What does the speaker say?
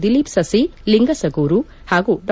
ದಿಲೀಪ್ ಸಸಿ ಲಿಂಗಸಗೂರು ಹಾಗೂ ಡಾ